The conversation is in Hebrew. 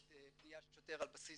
של פניה של שוטר על בסיס